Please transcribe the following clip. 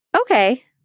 Okay